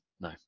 No